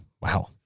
Wow